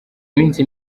minsi